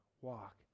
Walk